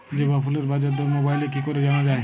জবা ফুলের বাজার দর মোবাইলে কি করে জানা যায়?